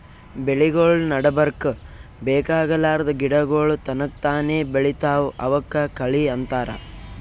ಬೆಳಿಗೊಳ್ ನಡಬರ್ಕ್ ಬೇಕಾಗಲಾರ್ದ್ ಗಿಡಗೋಳ್ ತನಕ್ತಾನೇ ಬೆಳಿತಾವ್ ಅವಕ್ಕ ಕಳಿ ಅಂತಾರ